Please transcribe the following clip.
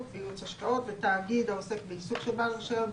בייעוץ השקעות ותאגיד העוסק בעיסוק של בעל רישיון,